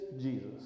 Jesus